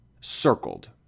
circled